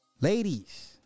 Ladies